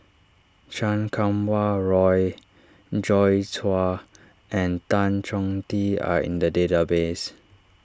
Chan Kum Wah Roy Joi Chua and Tan Choh Tee are in the database